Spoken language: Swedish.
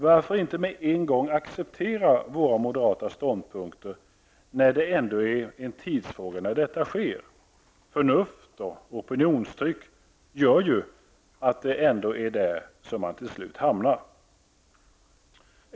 Varför inte med en gång acceptera våra moderata ståndpunkter, när det ändå är en tidsfråga när detta sker? Förnuft och opinionstryck gör ju att det ändå är där ni till slut hamnar.